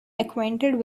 acquainted